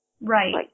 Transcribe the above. Right